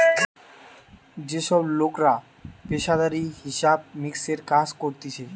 যে সব লোকরা পেশাদারি হিসাব মিক্সের কাজ করতিছে